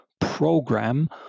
program